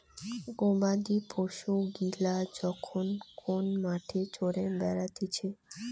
গবাদি পশু গিলা যখন কোন মাঠে চরে বেড়াতিছে